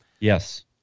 Yes